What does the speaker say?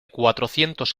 cuatrocientos